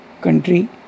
country